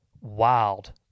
Wild